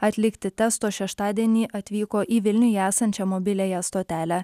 atlikti testo šeštadienį atvyko į vilniuje esančią mobiliąją stotelę